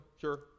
Sure